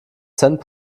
cent